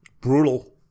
Brutal